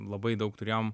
labai daug turėjom